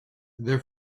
their